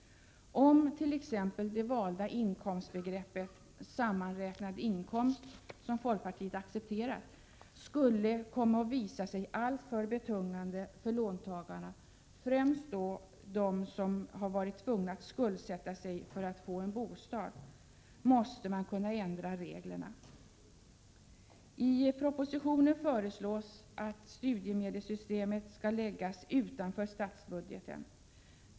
Om t.ex. det valda inkomstbegreppet, sammanräknad inkomst, som folkpartiet har accepterat, skulle visa sig alltför betungande för låntagarna, främst för dem som också varit tvungna att skuldsätta sig för att få en bostad, måste man kunna förändra reglerna. Prot. 1987/88:128 I propositionen föreslås att studiemedelssystemet skall läggas utanför 27 maj 1988 statsbudgeten.